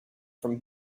from